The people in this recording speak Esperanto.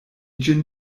ĝin